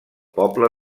poble